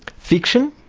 fiction?